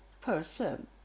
person